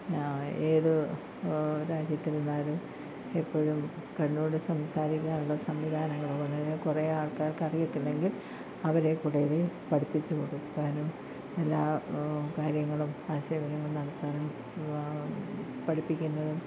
ഏത് രാജ്യത്തിരുന്നാലും എപ്പോഴും കണ്ടുകൊണ്ട് സംസാരിക്കാനുള്ള സംവിധാനങ്ങളൊന്നും കുറെ ആൾക്കാർക്ക് അറിയത്തില്ലെങ്കിൽ അവരെ കൂടെ ഇത് പഠിപ്പിച്ചു കൊടുക്കുവാനും എല്ലാ കാര്യങ്ങളും ആശയവിനിമയം നടത്താനും പഠിപ്പിക്കുന്നതും